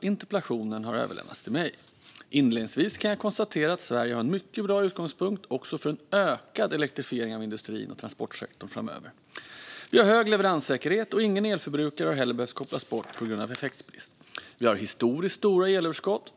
Interpellationen har överlämnats till mig. Inledningsvis kan jag konstatera att Sverige har en mycket bra utgångspunkt, också för en ökad elektrifiering av industrin och transportsektorn framöver. Vi har hög leveranssäkerhet, och ingen elförbrukare har heller behövt kopplas bort på grund av effektbrist. Vi har historiskt stora elöverskott.